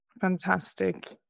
Fantastic